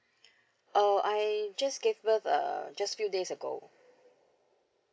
oh I just gave birth uh just few days ago